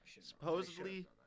Supposedly